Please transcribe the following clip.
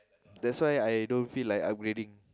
that's why I don't feel like upgrading